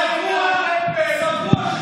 גש לטמפל באמריקה.